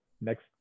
next